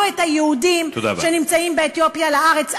את היהודים שנמצאים באתיופיה לארץ.